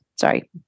Sorry